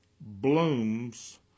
blooms